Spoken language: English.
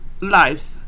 life